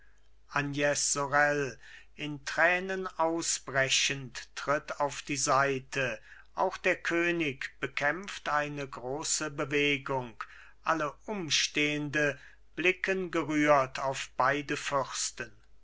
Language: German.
agnes sorel in tränen ausbrechend tritt auf die seite auch der könig bekämpft eine große bewegung alle umstehende blicken gerührt auf beide fürsten